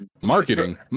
marketing